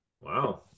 Wow